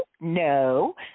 no